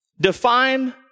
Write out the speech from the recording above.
Define